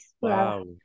Wow